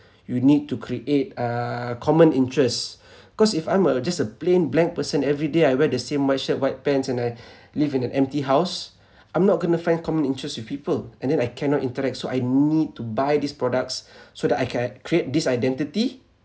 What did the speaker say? you need to create uh common interest cause if I'm a just a plain blank person every day I wear the same white shirt white pants and I live in an empty house I'm not going to find common interest with people and then I cannot interact so I need to buy these products so that I can create this identity